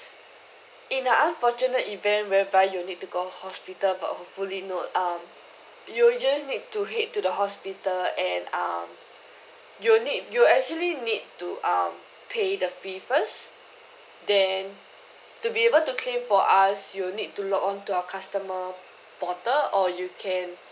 in the unfortunate event whereby you need to go hospital but hopefully not um you'll just need to head to the hospital and um you need you actually need to um pay the fee first then to be able to claim from us you'll need to log on to our customer portal or you can